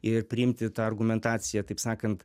ir priimti tą argumentaciją taip sakant